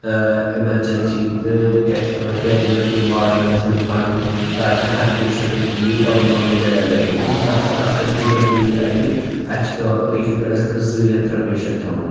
ٲں ایٚمَرجَنسی تہٕ کیاہ چھِ اَتھ وَنان کیجوَلٹی وارڈٕز گژھیٚن بَڑٕنۍ تاکہِ ہَر پیشَنٛٹَس یہِ پَنُن پَنُن بیٚڈ ایٚویلیبٕل کُنہِ ساتہٕ چھِ آسان تیٖژاہ بھیٖڑ اَتہِ اسہِ چھِ پیٚوان پَتہٕ أکِس بیٚڈَس پٮ۪ٹھ زٕ یا ترٛےٚ پیشیٚنٛٹ تھاوٕنۍ